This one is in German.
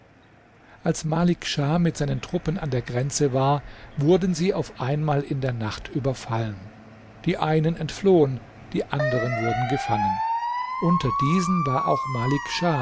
als malik schah mit seinen truppen an der grenze war wurden sie auf einmal in der nacht überfallen die einen entflohen die anderen wurden gefangen unter diesen war auch malik